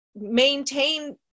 maintain